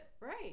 Right